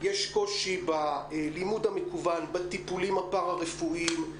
יש קושי בלימוד המקוון, בטיפולים הפארה-רפואיים,